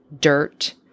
dirt